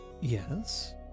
Yes